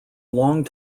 long